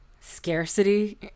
Scarcity